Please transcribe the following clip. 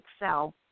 excel